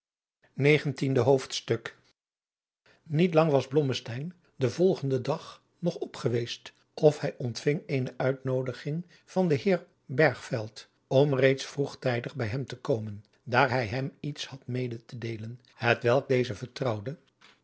negentiende hoofdstuk niet lang was blommesteyn den volgenden dag nog op geweest of hij ontving eene uitnoodiging van den heer bergveld om reeds vroegtijdig bij hem te komen daar hij hem iets had mede te deelen hetwelk deze vertrouwde